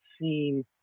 seen